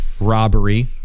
robbery